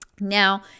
now